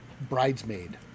bridesmaid